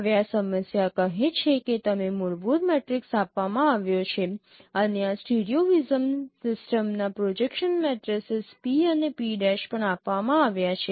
હવે આ સમસ્યા કહે છે કે તમને મૂળભૂત મેટ્રિક્સ આપવામાં આવ્યો છે અને આ સ્ટીરિયો વિઝન સિસ્ટમના પ્રોજેક્શન મેટ્રિસીસ P અને P' પણ આપવામાં આવ્યા છે